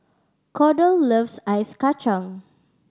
Kordell loves Ice Kachang